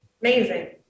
Amazing